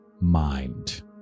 mind